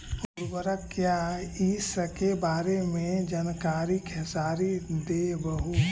उर्वरक क्या इ सके बारे मे जानकारी खेसारी देबहू?